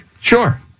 Sure